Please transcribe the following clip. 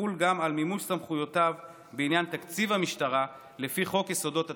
תחול גם על מימוש סמכויותיו בעניין תקציב המשטרה לפי חוק יסודות התקציב.